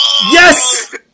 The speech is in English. Yes